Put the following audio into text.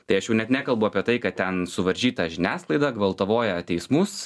tai aš jau net nekalbu apie tai kad ten suvaržyta žiniasklaida gvaltavoja teismus